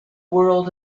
world